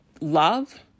love